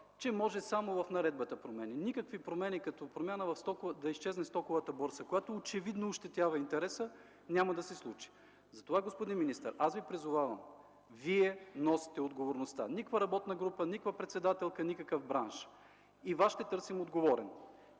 което означава – от Вас. Никакво предложение като промяна да изчезне стоковата борса, която очевидно ощетява интереса, няма да се случи. Затова, господин министър, призовавам Ви: Вие носите отговорността. Никаква работна група, никаква председателка, никакъв бранш. Вас ще търсим отговорен.